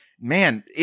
man